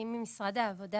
אני ממשרד העבודה.